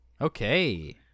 Okay